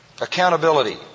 Accountability